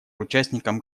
участником